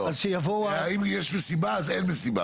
אם יש מסיבה, אז אין מסיבה.